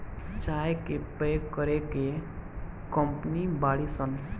चाय के पैक करे के कंपनी बाड़ी सन